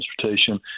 transportation